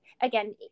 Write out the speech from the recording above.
again